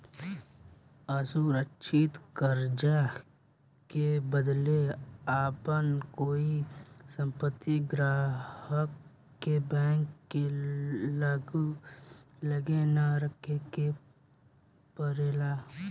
असुरक्षित कर्जा के बदले आपन कोई संपत्ति ग्राहक के बैंक के लगे ना रखे के परेला